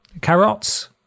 Carrots